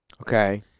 Okay